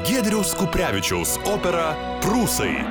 giedriaus kuprevičiaus operą prūsai